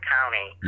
County